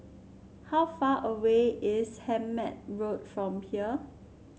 how far away is Hemmant Road from here